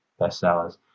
bestsellers